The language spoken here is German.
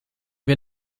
wir